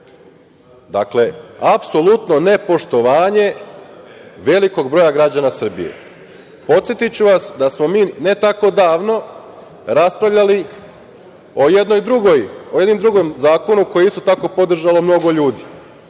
apsolutno nepoštovanje velikog broja građana Srbije. Podsetiću vas da smo mi ne tako davno raspravljali o jednom drugom zakonu koji je isto tako podržalo mnogo ljudi.